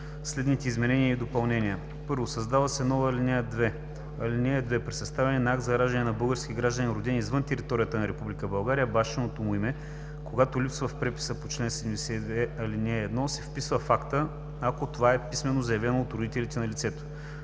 следните изменения и допълнения: 1. Създава се нова ал. 2: „(2) При съставяне на акт за раждане на български гражданин, роден извън територията на Република България, бащиното му име, когато липсва в преписа по чл. 72, ал. 1, се вписва в акта, ако това е писмено заявено от родителите на лицето“.